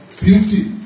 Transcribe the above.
beauty